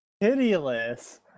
pitiless